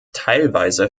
teilweise